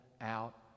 out